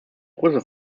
große